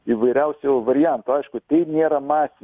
įvairiausių variantų aišku tai nėra masiniai